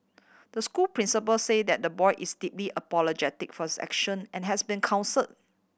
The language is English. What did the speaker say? the school principal say that the boy is deeply apologetic for his action and has been counsel